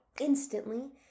instantly